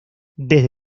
desde